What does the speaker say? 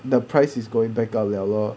the price is going back up 了 lor